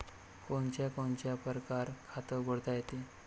कोनच्या कोनच्या परकारं खात उघडता येते?